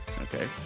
Okay